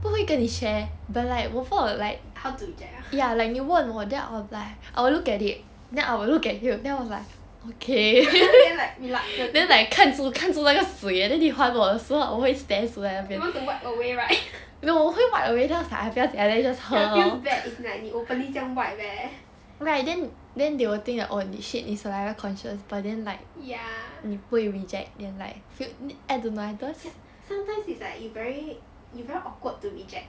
how to reject ah reluctant you want to wipe away right ya feels bad if 你 like openly 这样 wipe eh ya sometimes is like you very awkward to reject